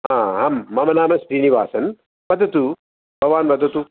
आं मम नाम श्रीनिवासन् वदतु भवान् वदतु